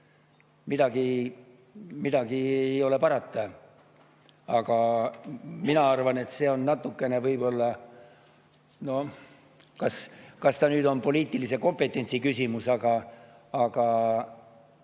Midagi ei ole parata. Aga mina arvan, et see on natukene võib-olla, noh, kas ta nüüd on poliitilise kompetentsi küsimus, aga